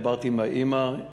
דיברתי עם האימא,